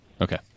Okay